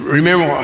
remember